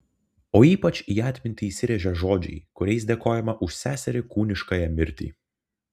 o ypač į atmintį įsirėžia žodžiai kuriais dėkojama už seserį kūniškąją mirtį